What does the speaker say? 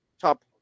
top